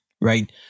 right